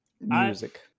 Music